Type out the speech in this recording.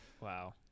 Wow